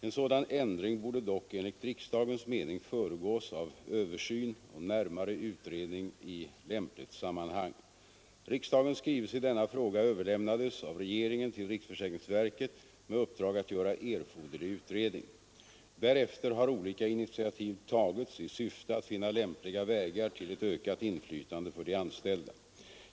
En sådan ändring borde dock enligt riksdagens mening föregås av översyn och närmare utredning i lämpligt sammanhang. Riksdagens skrivelse i denna fråga överlämnades av regeringen till riksförsäkringsverket med uppdrag att göra erforderlig utredning. Därefter har olika initiativ tagits i syfte att finna lämpliga vägar till ett ökat inflytande för de anställda.